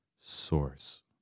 source